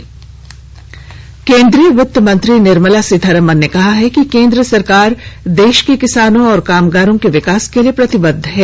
budget चर्चा केन्द्रीय वित्त मंत्री निर्मला सीतारामन ने कहा है कि केन्द्र सरकार देश के किसानों और कामगारों के विकास के लिए प्रतिबद्ध है